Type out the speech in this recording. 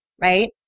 right